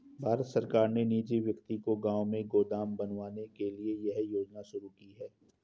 भारत सरकार ने निजी व्यक्ति को गांव में गोदाम बनवाने के लिए यह योजना शुरू की है